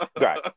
right